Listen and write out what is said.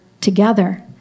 together